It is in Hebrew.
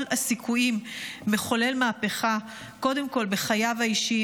הסיכויים מחולל מהפכה קודם כול בחייו האישיים,